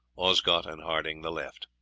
osgot and harding the left.